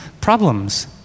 problems